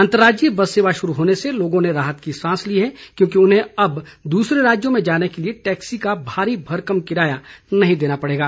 अंतर्राज्यीय बस सेवा शुरू होने से लोगों ने राहत की सांस ली है क्योंकि उन्हें अब दूसरे राज्यों में जाने के लिए टैक्सी का भारी भरकम किराया नहीं देना पड़ेगा